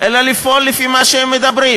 אלא לפעול לפי מה שהם מדברים.